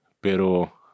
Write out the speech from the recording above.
Pero